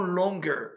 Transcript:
longer